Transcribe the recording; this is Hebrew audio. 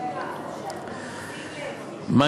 זה לא, שים לב.